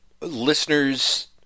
listeners